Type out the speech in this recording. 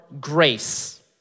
grace